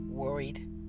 Worried